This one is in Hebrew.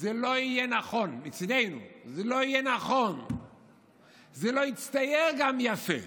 זה לא יהיה נכון מצידנו, זה גם לא יצטייר יפה,